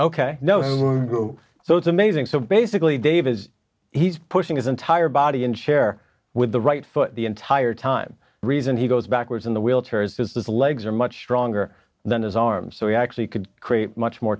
he's so it's amazing so basically dave is he's pushing his entire body and share with the right foot the entire time reason he goes backwards in the wheelchair is his legs are much stronger than his arm so he actually could create much more